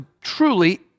truly